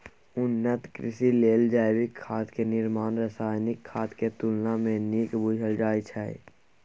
उन्नत कृषि लेल जैविक खाद के निर्माण रासायनिक खाद के तुलना में नीक बुझल जाइ छइ